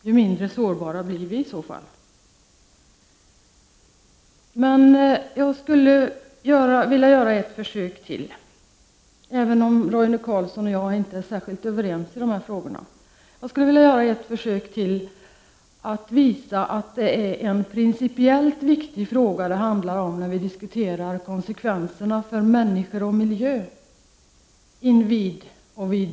Ju större spridning av jordbruksproduktionen, desto mindre sårbara blir vi. Även om Roine Carlsson och jag inte är särskilt överens i dessa frågor skulle jag vilja göra ett försök till att visa att det här handlar om en principiellt viktig fråga när vi diskuterar konsekvenserna för människor och miljö invid Dala Airport.